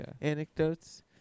anecdotes